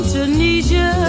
Tunisia